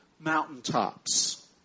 mountaintops